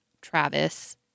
Travis